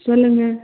சொல்லுங்கள்